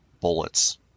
bullets